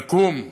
ולקום,